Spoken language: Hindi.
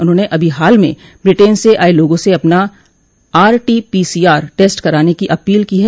उन्होंने अभी हाल में ब्रिटेन से आये लोगों से अपना आरटीपीसीआर टस्ट कराने की अपील की है